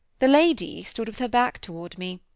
the lady stood with her back toward me.